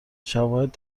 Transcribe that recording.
شواهد